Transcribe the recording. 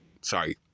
Sorry